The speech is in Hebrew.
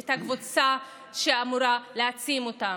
את הקבוצה שאמורה להעצים אותן?